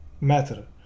matter